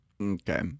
Okay